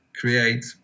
create